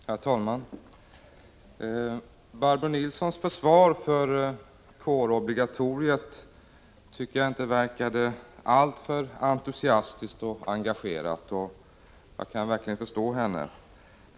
Herr talman! Barbro Nilssons försvar för kårobligatoriet tycker jag inte verkade alltför entusiastiskt och engagerat, och jag kan verkligen förstå henne.